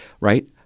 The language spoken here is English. right